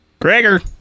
Gregor